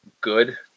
good